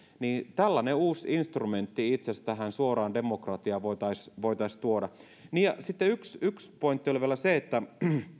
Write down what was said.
tällainen uusi instrumentti itse asiassa tähän suoraan demokratiaan voitaisiin voitaisiin tuoda sitten yksi yksi pointti oli vielä se että